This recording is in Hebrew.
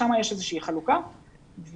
שם יש איזושהי חלוקה וכן,